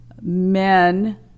men